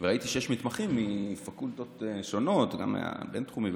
וראיתי שיש מתמחים מפקולטות שונות, גם מהבינתחומי.